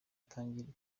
itangira